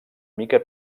mica